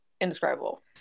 Indescribable